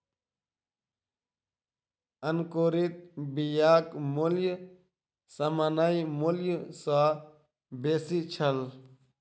अंकुरित बियाक मूल्य सामान्य मूल्य सॅ बेसी छल